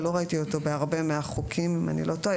לא ראיתי אותו בהרבה מהחוקים, אם אני לא טועה.